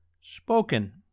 spoken